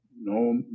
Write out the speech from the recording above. no